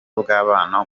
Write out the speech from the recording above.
bw’abana